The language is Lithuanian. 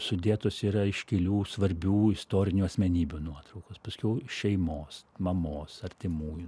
sudėtos yra iškilių svarbių istorinių asmenybių nuotraukos paskiau šeimos mamos artimųjų